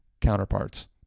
counterparts